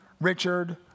Richard